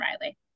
Riley